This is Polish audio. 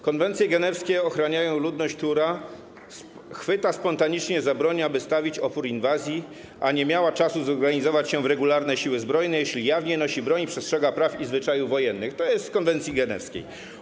Konwencje genewskie ochraniają ludność, która chwyta spontanicznie za broń, aby stawić opór inwazji, a nie miała czasu zorganizować się w regularne siły zbrojne, jeśli jawnie nosi broń i przestrzega praw i zwyczajów wojennych - to jest z konwencji genewskiej.